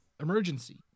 emergency